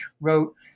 wrote